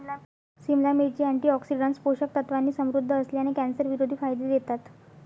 सिमला मिरची, अँटीऑक्सिडंट्स, पोषक तत्वांनी समृद्ध असल्याने, कॅन्सरविरोधी फायदे देतात